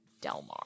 Delmar